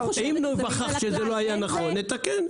אם ניווכח שזה לא היה נכון נכון.